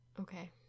okay